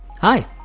Hi